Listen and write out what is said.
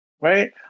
right